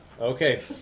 Okay